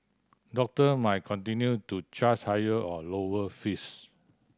doctor may continue to chars higher or lower fees